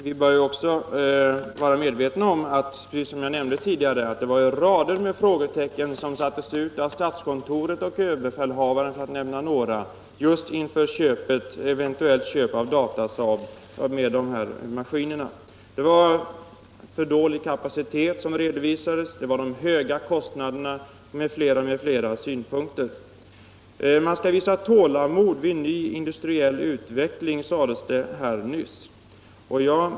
Vi bör också vara medvetna om — jag har nämnt det tidigare — att rader av frågetecken sattes ut av statskontoret och överbefälhavaren, för att nämna några, just inför ett eventuellt köp av de här maskinerna från Datasaab: det redovisades för dålig kapacitet, kostnaderna var höga m.m., m.m. Man skall visa tålamod vid ny industriell utveckling, sades det nyss.